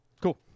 cool